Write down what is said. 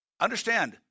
Understand